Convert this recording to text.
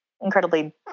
incredibly